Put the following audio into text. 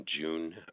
June